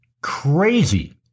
crazy